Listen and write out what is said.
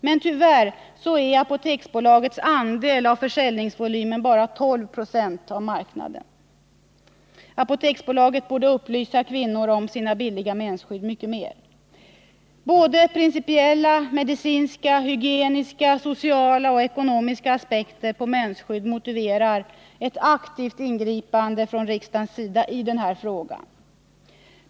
Men tyvärr är Apoteksbolagets andel av försäljningsvolymen bara 12 96 av marknaden. Apoteksbolaget borde upplysa kvinnor mycket mer om sina billiga mensskydd. Både principiella, medicinska, hygieniska, sociala och ekonomiska aspekter på mensskydd motiverar ett aktivt ingripande från riksdagens sida i denna fråga.